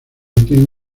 tienen